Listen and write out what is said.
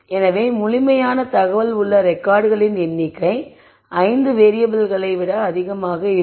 எனவே முழுமையான தகவல் உள்ள ரெகார்ட்களின் எண்ணிக்கை 5 வேறியபிள்களை விட அதிகமாக இருக்கும்